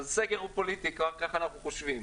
הסגר הוא פוליטי, ככה אנחנו חושבים.